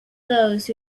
those